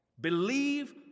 Believe